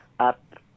up